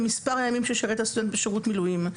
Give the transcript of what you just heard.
במספר הימים ששירת הסטודנט בשירות מילואים,